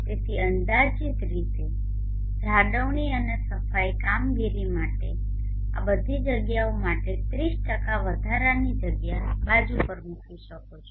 તેથી અંદાજીત રીતે જાળવણી અને સફાઇ કામગીરી માટે આ બધી જગ્યાઓ માટે 30 વધારાની જગ્યા બાજુઓ પર મૂકી શકો છો